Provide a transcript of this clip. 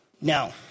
Now